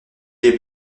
les